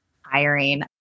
Hiring